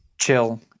Chill